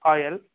oil